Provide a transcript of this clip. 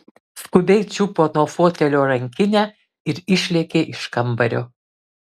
skubiai čiupo nuo fotelio rankinę ir išlėkė iš kambario